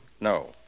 no